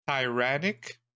tyrannic